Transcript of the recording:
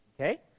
Okay